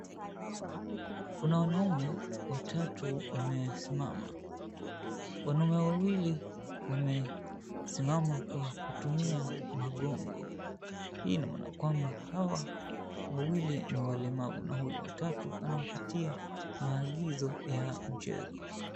Kuna wanaume watatu wamesimama. Wanaume wawili wamesimama kwa kutumia magongo hii kwamba hawa wawili ni walemavu na huyu watatu anawapatia maelezo ya michezo.